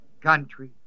country